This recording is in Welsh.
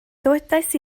dywedais